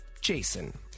Jason